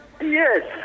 Yes